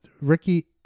Ricky